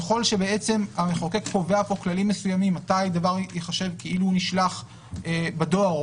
ככל שהמחוקק קובע פה כללים מסוימים מתי דבר ייחשב כאילו נשלח בדואר או